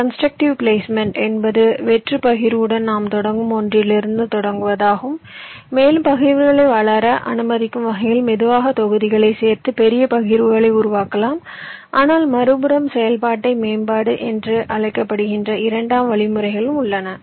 constructive placement என்பது வெற்று பகிர்வுடன் நாம் தொடங்கும் ஒன்றிலிருந்தும் தொடங்குவதாகும் மேலும் பகிர்வுகளை வளர அனுமதிக்கும் வகையில் மெதுவாக தொகுதிகளை சேர்த்து பெரிய பகிர்வுகளை உருவாக்கலாம் ஆனால் மறுபுறம் செயல்பாட்டு மேம்பாடு என்று அழைக்கப்படுகின்ற இரண்டாம் வழிமுறைகள் உள்ளது